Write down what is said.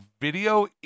video